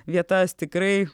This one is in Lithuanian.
vietas tikrai